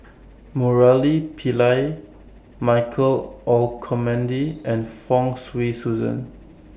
Murali Pillai Michael Olcomendy and Fong Swee Suan